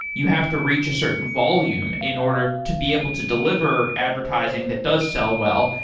you have to reach a certain volume in order to be able to deliver advertising that does sell well,